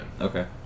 Okay